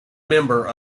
member